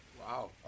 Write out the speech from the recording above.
Wow